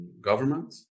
government